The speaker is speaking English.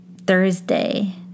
Thursday